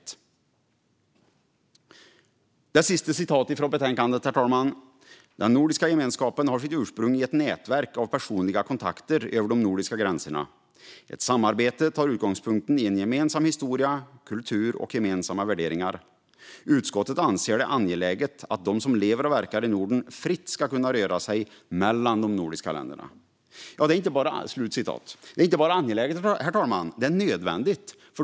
Låt mig ge ett sista citat ur betänkandet, herr talman: "Den nordiska gemenskapen har sitt ursprung i ett nätverk av personliga kontakter över de nordiska gränserna. Ett samarbete tar utgångspunkten i en gemensam historia, kultur och gemensamma värderingar. Utskottet anser det angeläget att de som lever och verkar i Norden fritt ska kunna röra sig mellan de nordiska länderna." Ja, det är inte bara angeläget - det är nödvändigt.